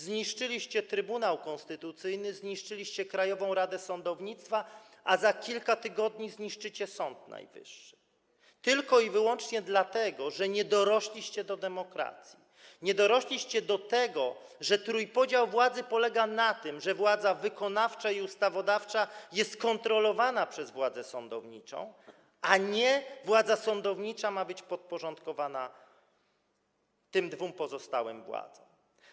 Zniszczyliście Trybunał Konstytucyjny, zniszczyliście Krajową Radę Sądownictwa, a za kilka tygodni zniszczycie Sąd Najwyższy tylko i wyłącznie dlatego, że nie dorośliście do demokracji, nie dorośliście do zrozumienia tego, że trójpodział władzy polega na tym, że władza wykonawcza i ustawodawcza jest kontrolowana przez władzę sądowniczą, że to nie władza sądownicza ma być podporządkowana tym dwóm pozostałym władzom.